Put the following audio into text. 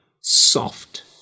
soft